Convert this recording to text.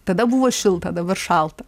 tada buvo šilta dabar šalta